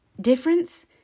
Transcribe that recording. difference